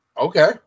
Okay